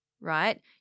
right